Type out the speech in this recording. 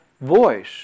voice